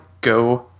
go